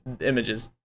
images